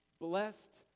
blessed